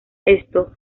esto